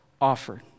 offered